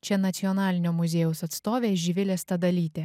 čia nacionalinio muziejaus atstovė živilė stadalytė